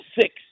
six